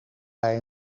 bij